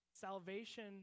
Salvation